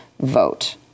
vote